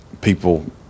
People